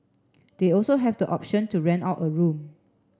they also have the option to rent out a room